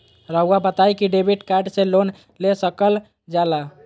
रहुआ बताइं कि डेबिट कार्ड से लोन ले सकल जाला?